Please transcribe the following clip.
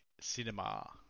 cinema